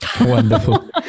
Wonderful